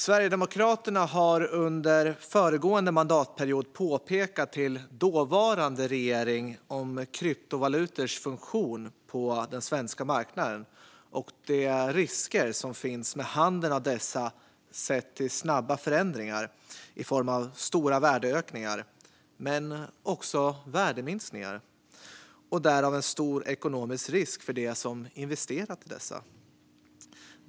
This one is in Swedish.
Sverigedemokraterna har under föregående mandatperiod för dåvarande regering pekat på kryptovalutors funktion på den svenska marknaden och de risker som finns med handeln av dessa sett till snabba förändringar i form av stora värdeökningar men också värdeminskningar och därmed en stor ekonomisk risk för dem som har investerat i dem.